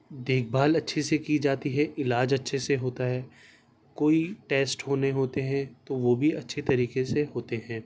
دیکھ بھال اچھے سے کی جاتی ہے علاج اچھے سے ہوتا ہے کوئی ٹیسٹ ہونے ہوتے ہیں تو وہ بھی اچھے طریقے سے ہوتے ہیں